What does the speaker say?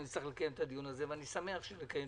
אצטרך לקיים את הדיון הזה ואני שמח על כך,